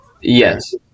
Yes